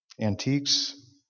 antiques